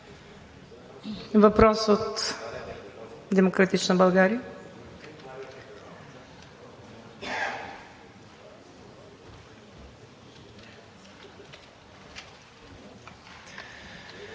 Въпрос от „Демократична България“?